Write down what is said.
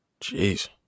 Jeez